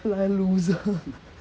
lol loser